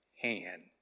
hand